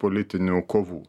politinių kovų